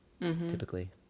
typically